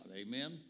amen